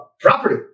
property